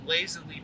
lazily